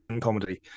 comedy